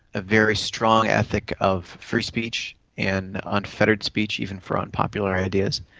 a very strong ethic of free speech and unfettered speech, even for unpopular ideas.